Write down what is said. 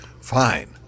Fine